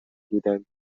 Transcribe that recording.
بودند